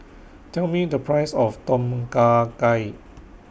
Tell Me The Price of Tom Kha Gai